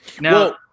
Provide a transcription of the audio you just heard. Now